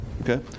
okay